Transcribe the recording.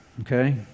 Okay